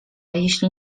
jeśli